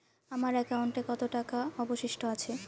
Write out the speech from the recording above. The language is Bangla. আমার একাউন্টে কত টাকা অবশিষ্ট আছে?